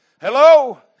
Hello